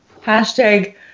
Hashtag